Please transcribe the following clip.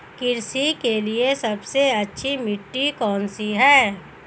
कृषि के लिए सबसे अच्छी मिट्टी कौन सी है?